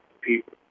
People